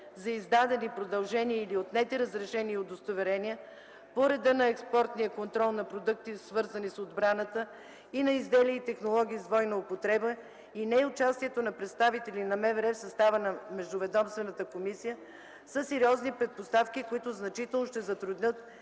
за издадени, продължени и отнети разрешения и удостоверения по реда на Закона за експортния контрол на продукти, свързани с отбраната, и на изделия и технологии с двойна употреба и неучастието на представители на МВР в състава на Междуведомствената комисия са сериозни предпоставки, които значително ще затруднят